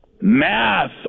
Math